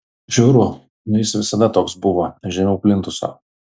žiauru nu jis visada toks buvo žemiau plintuso